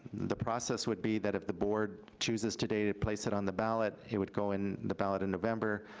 the process would be that if the board chooses today to place it on the ballot, it would go in the ballot in november.